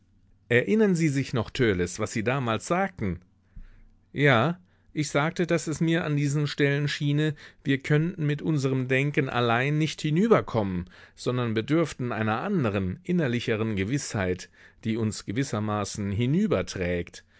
erinnern sie sich noch törleß was sie damals sagten ja ich sagte daß es mir an diesen stellen scheine wir könnten mit unserem denken allein nicht hinüberkommen sondern bedürften einer anderen innerlicheren gewißheit die uns gewissermaßen